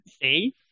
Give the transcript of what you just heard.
See